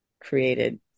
created